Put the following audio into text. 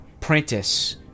Prentice